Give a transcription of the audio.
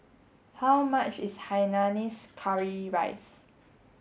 how much is Hainanese curry rice